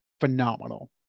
phenomenal